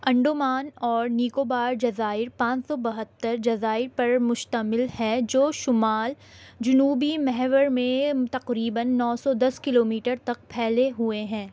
انڈمان اور نکوبار جزائر پانچ سو بہتر جزائر پر مشتمل ہیں جو شمال جنوبی محور میں تقریباً نو سو دس کلو میٹر تک پھیلے ہوئے ہیں